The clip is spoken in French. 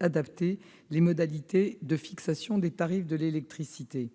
adapter les modalités de fixation des tarifs de l'électricité.